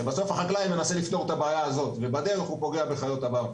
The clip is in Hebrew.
שבסוף החקלאי מנסה לפתור את הבעיה הזאת ובדרך הוא פוגע בחיות הבר.